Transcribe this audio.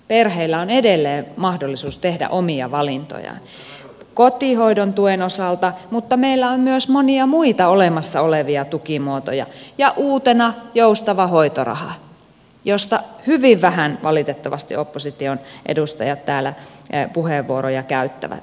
perheillä on edelleen mahdollisuus tehdä omia valintojaan kotihoidon tuen osalta mutta meillä on myös monia muita olemassa olevia tukimuotoja ja uutena joustava hoitoraha josta hyvin vähän valitettavasti opposition edustajat täällä puheenvuoroja käyttivät